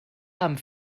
haben